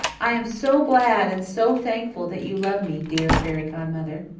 i am so glad and so thankful that you love me, dear fairy godmother.